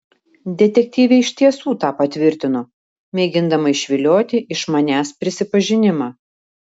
detektyvė iš tiesų tą patvirtino mėgindama išvilioti iš manęs prisipažinimą